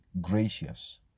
gracious